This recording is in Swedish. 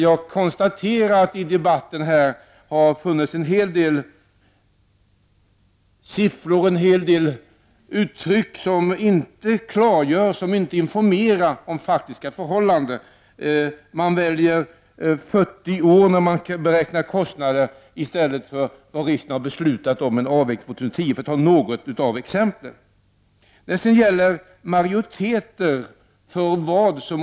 Jag konstaterar att det i dagens debatt har funnits en hel del siffror och uttryck som inte informerar om faktiska förhållanden. Man väljer 40 år när man beräknar kostnader i stället för att hålla sig till det som riksdagen har beslutat om.